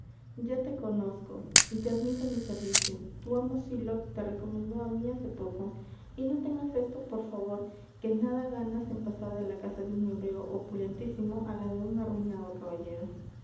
ya te conozco y te admito á mi servicio tu amo sylock te recomendó á mi hace poco y no tengas esto por favor que nada ganas en pasar de la casa de un hebreo opulentísimo á la de un arruinado caballero